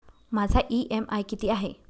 माझा इ.एम.आय किती आहे?